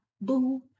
Boom